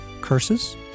curses